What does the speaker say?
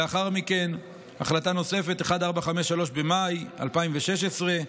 לאחר מכן היו החלטות נוספות 1453 ממאי 2016,